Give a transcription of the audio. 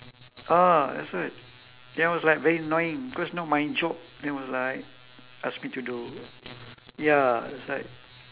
ah that's why then I was like very annoying because not my job then was like ask me to do ya it's like